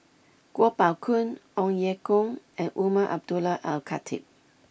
Kuo Pao Kun Ong Ye Kung and Umar Abdullah Al Khatib